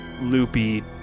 loopy